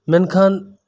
ᱢᱮᱱᱠᱷᱟᱱ